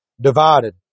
divided